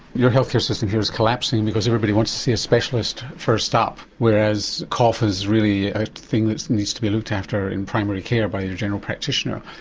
your healthcare system here is collapsing because everybody wants to see a specialist first up, whereas cough is really a thing that needs to be looked after in primary care by your general practitioner.